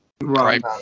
Right